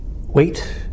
wait